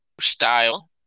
style